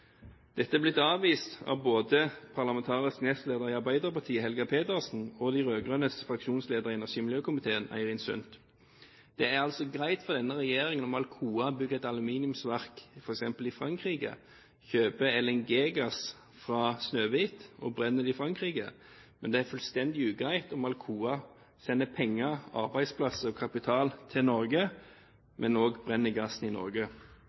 Dette er blitt avvist av både parlamentarisk nestleder i Arbeiderpartiet, Helga Pedersen, og de rød-grønnes fraksjonsleder i energi- og miljøkomiteen, Eirin Sund. Det er altså greit for denne regjeringen om Alcoa bygger et aluminiumsverk f.eks. i Frankrike, kjøper LNG-gass fra Snøhvit og brenner det i Frankrike. Men det er fullstendig ugreit om Alcoa sender penger, arbeidsplasser, kapital til Norge, men også brenner gassen i Norge.